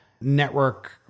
network